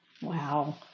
Wow